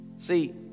see